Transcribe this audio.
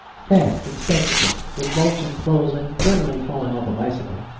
fat, in spectacles, with bulging clothes, and generally falling off a bicycle.